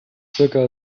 zirka